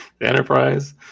Enterprise